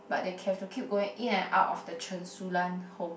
but they have to keep going in and out of the Chen-Su-Lan home